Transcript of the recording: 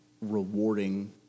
rewarding